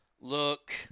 Look